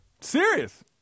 Serious